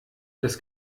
das